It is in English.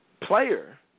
player